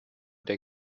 der